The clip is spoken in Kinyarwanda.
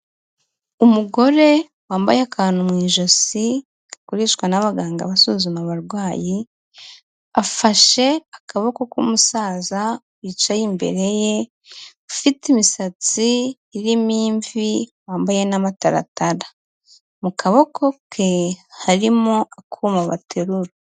Umugore wambaye akantu mu ijosi, gakoreshwa n'abaganga basuzuma abarwayi, afashe akaboko k'umusaza wicaye imbere ye, ufite imisatsi irimo imvi wambaye n'amataratara, mu kaboko ke harimo akuma baterura.